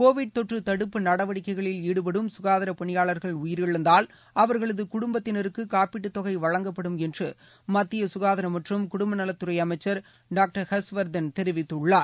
Covid தொற்று தடுப்பு நடவடிக்கைகளில் ஈடுபடும் சுகாதார பணியாளர்கள் உயிரிழந்தால் அவர்களது குடும்பத்தினருக்கு காப்பீட்டுத் தொகை வழங்கப்படும் என்று மத்திய சுகாதாரம் மற்றும் குடும்ப நலத்துறை அமைச்சர் டாக்டர் ஹர்ஷ்வர்தன் தெரிவித்துள்ளார்